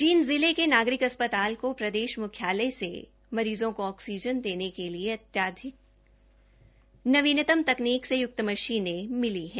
जींद जिले के नागरिक अस्पताल को प्रदेश मुख्यालय से मरीज़ों को आक्सीजन देने के लिए अत्याधिक नवीतम तकनीक से युक्त मशीनें मिली है